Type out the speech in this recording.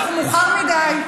ותמיד פתחו מאוחר מדי.